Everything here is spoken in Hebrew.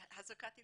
הזרקת אינסולין,